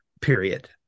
period